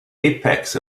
apex